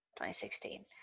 2016